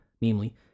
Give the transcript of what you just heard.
namely